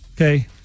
Okay